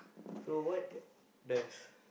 so what does